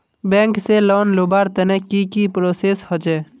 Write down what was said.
Bank से loan लुबार तने की की प्रोसेस होचे?